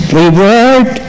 reward